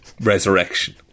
Resurrection